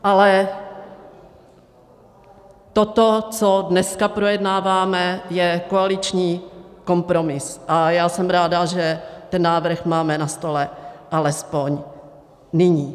Ale to, co dnes projednáváme, je koaliční kompromis a já jsem ráda, že ten návrh máme na stole alespoň nyní.